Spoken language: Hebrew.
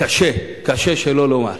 קשה שלא לומר,